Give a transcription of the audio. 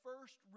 first